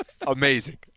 amazing